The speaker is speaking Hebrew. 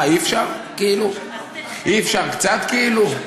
מה, אי-אפשר כאילו, אי-אפשר קצת, כאילו?